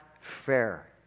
fair